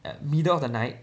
at middle of the night